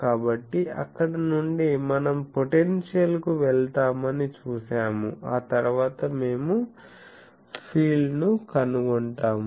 కాబట్టి అక్కడ నుండి మనం పొటెన్షియల్ కు వెళ్తామని చూశాము ఆ తరువాత మేము ఫీల్డ్ను కనుగొంటాము